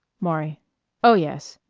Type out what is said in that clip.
maury oh, yes.